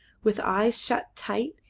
with eyes shut tight,